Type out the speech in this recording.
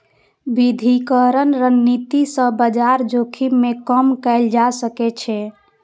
विविधीकरण रणनीति सं बाजार जोखिम कें कम कैल जा सकै छै